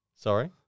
Sorry